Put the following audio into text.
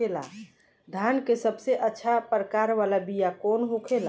धान के सबसे अच्छा प्रकार वाला बीया कौन होखेला?